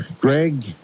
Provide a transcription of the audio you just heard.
Greg